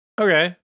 Okay